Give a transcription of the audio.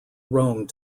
rome